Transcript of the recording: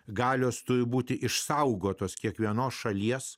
galios turi būti išsaugotos kiekvienos šalies